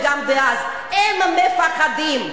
וגם דאז: הם מפחדים.